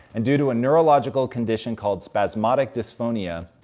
and due to a neurological condition called spasmodic dysphonia,